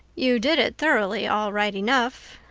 you did it thoroughly, all right enough,